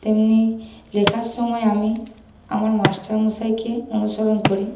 তেমনি লেখার সময় আমি আমার মাস্টারমশাইকে অনুসরণ করি